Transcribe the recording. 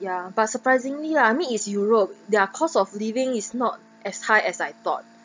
ya but surprisingly lah me is europe their cost of living is not as high as I thought